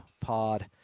pod